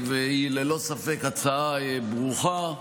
היא ללא ספק הצעה ברוכה,